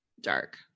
Dark